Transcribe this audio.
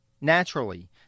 Naturally